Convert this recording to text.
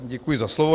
Děkuji za slovo.